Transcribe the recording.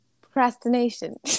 Procrastination